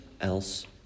else